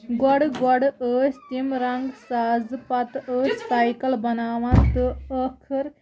گۄڈٕ گۄڈٕ ٲسۍ تِم رنگ سازٕ پَتہٕ ٲسۍ سایکل بَناوان تہٕ ٲخٕر